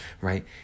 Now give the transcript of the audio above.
right